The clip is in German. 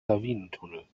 lawinentunnel